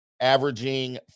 averaging